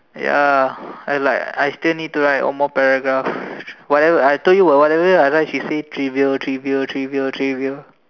ya I like I still need to write one more paragraph whatever I told you what whatever I write she said trivial trivial trivial trivial